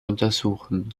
untersuchen